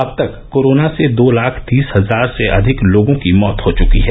अब तक कोरोना से दो लाख तीस हजार से अधिक लोगों की मौत हो चुकी है